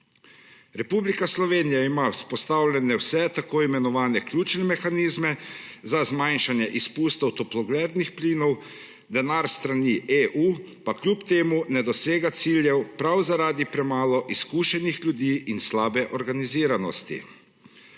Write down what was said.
Republika Slovenija ima vzpostavljene vse tako imenovane ključne mehanizme za zmanjšanje izpustov toplogrednih plinov, denar s strani Evropskem unije pa kljub temu ne dosega ciljev prav zaradi premalo izkušenih ljudi in slabe organiziranosti.